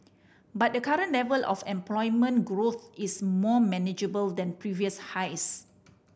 but the current level of employment growth is more manageable than previous highs